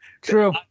true